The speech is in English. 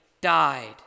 died